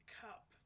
cup